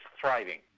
thriving